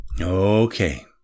Okay